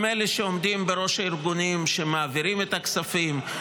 הם אלה שעומדים בראש הארגונים שמעבירים את הכספים,